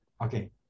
okay